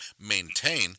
maintain